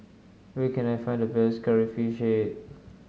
where can I find the best Curry Fish Head